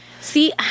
See